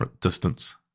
distance